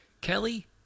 Kelly